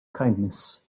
kindness